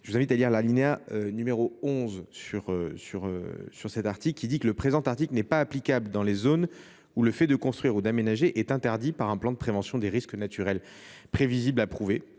Je vous invite à lire l’alinéa 11 de cet article, qui prévoit :« Le présent article n’est pas applicable dans les zones où le fait de construire ou d’aménager est interdit par un plan de prévention des risques naturels prévisibles approuvé